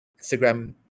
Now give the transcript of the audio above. instagram